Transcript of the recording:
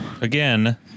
Again